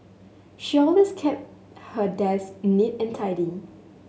she always keeps her desk neat and tidy